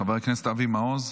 חבר הכנסת אבי מעוז,